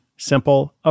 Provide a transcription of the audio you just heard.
simple